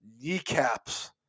kneecaps